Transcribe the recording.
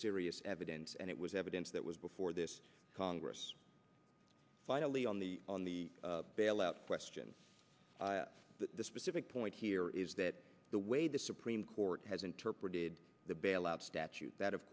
serious evidence and it was evidence that was before this congress finally on the on the bailout question but the specific point here is that the way the supreme court has interpreted the bailout statute that of